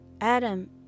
Adam